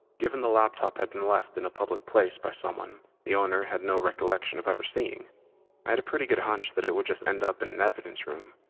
given the laptop had been left in a public place by someone the owner had no recollection of ever seeing, i had a pretty good hunch it would just end up in an evidence room.